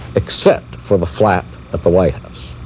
except for the flap at the white house